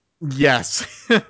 yes